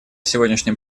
сегодняшнем